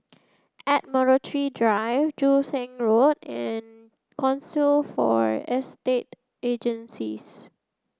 Admiralty Drive Joo Seng Road and Council for Estate Agencies